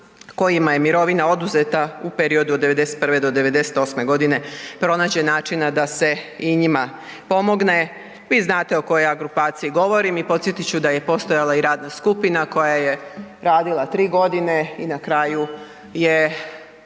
kojima je mirovina oduzeta u periodu od '91.-'98.godine pronađe način da se i njima pomogne. Vi znate o kojoj ja grupaciji govorim i podsjetit ću da je postojala i radna skupina koja je radila tri godine i na kraju je